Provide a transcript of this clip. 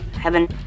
heaven